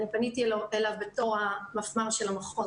פניתי אליו בתור המפמ"ר של המחוז